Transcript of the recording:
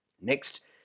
Next